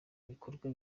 ibikorwa